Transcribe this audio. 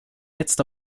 jetzt